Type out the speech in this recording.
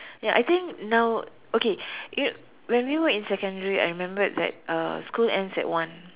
ya I think now okay it when we were in secondary I remembered that uh school ends at one